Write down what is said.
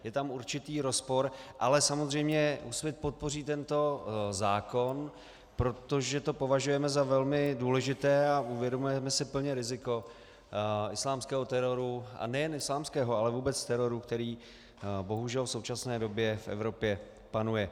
Je tam určitý rozpor, ale samozřejmě Úsvit podpoří tento zákon, protože to považujeme za velmi důležité a uvědomujeme si plně riziko islámského teroru, a nejen islámského, ale vůbec teroru, který bohužel v současné době v Evropě panuje.